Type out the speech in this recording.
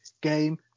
game